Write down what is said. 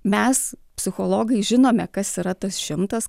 mes psichologai žinome kas yra tas šimtas